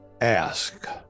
ask